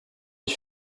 ich